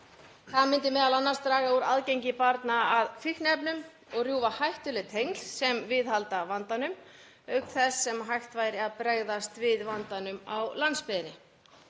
Það myndi m.a. draga úr aðgengi barna að fíkniefnum og rjúfa hættuleg tengsl sem viðhalda vandanum auk þess sem hægt væri að bregðast við vandanum á landsbyggðinni.